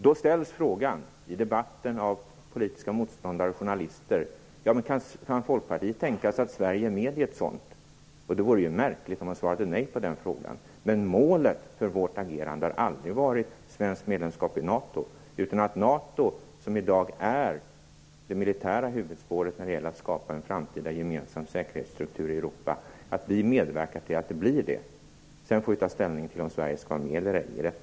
Då ställs frågan i debatten, av politiska motståndare och av journalister, om Folkpartiet kan tänka sig att Sverige är med i en sådan. Det vore ju märkligt om man svarade nej på den frågan. Målet för vårt agerande har aldrig varit svenskt medlemskap i NATO utan att medverka till att NATO, som i dag är det militära huvudspåret när det gäller att skapa en framtida gemensam säkerhetsstruktur i Europa, också blir denna gemensamma säkerhetsstruktur. Sedan får vi ta ställning till om Sverige skall vara med i denna eller ej.